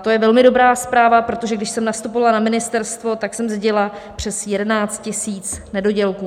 To je velmi dobrá zpráva, protože když jsem nastupovala na ministerstvo, tak jsem zdědila přes 11 tisíc nedodělků.